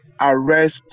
arrest